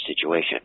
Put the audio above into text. situation